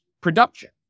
production